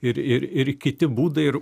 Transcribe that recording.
ir ir ir kiti būdai ir